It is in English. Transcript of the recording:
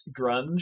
grunge